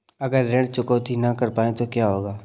अगर ऋण चुकौती न कर पाए तो क्या होगा?